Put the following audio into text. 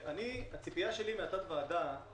הציפייה שלי מתת-הוועדה היא